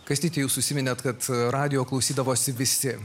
kastyti jūs užsiminėt kad radijo klausydavosi visi